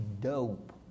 dope